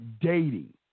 dating